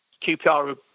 QPR